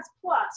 Plus